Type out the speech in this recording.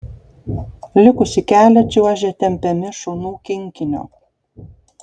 likusį kelią čiuožė tempiami šunų kinkinio